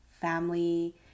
family